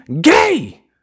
gay